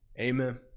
Amen